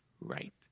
right